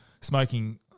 smoking